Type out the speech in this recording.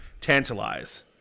tantalize